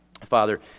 Father